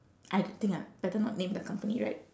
I think ah better not name the company right